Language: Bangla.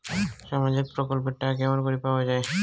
সামাজিক প্রকল্পের টাকা কেমন করি পাওয়া যায়?